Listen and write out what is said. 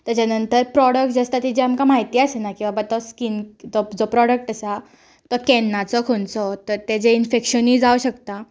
तेज्या नंतर प्रोडक्ट जे आसतात जे आमकां माहिती आसना की बाबा तो स्कीन जो प्रोडक्ट आसा तो केन्नाचो खंयचो तर तेजें इन्फेक्शनूय जावं शकता